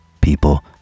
people